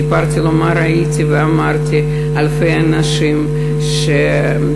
סיפרתי לו מה ראיתי ואמרתי שאלפי אנשים שעקרו